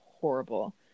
horrible